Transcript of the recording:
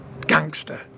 gangster